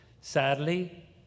Sadly